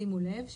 שימו לב,